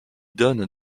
donne